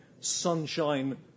sunshine